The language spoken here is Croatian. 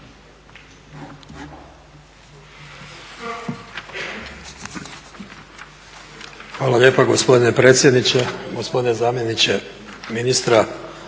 Hvala lijepa gospodine predsjedniče. Gospodine zamjeniče ministra,